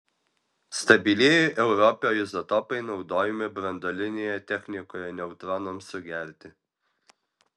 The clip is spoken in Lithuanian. stabilieji europio izotopai naudojami branduolinėje technikoje neutronams sugerti